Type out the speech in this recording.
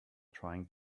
trying